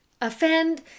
offend